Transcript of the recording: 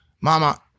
Mama